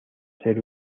ser